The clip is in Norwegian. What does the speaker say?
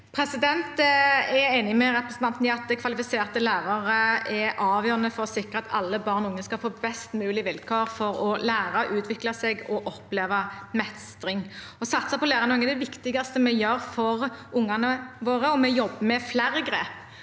representanten i at kvalifiserte lærere er avgjørende for å sikre at alle barn og unge skal få best mulig vilkår for å lære, utvikle seg og oppleve mestring. Å satse på lærerne er noe av det viktigste vi gjør for ungene våre, og vi jobber med flere grep